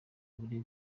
uri